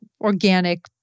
organic